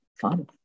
fun